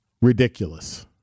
Ridiculous